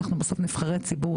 אנחנו בסוף נבחרי ציבור,